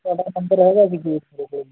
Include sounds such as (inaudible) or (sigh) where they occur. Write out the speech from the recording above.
ਤੁਹਾਡਾ ਨੰਬਰ ਹੈਗਾ (unintelligible)